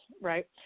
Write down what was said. right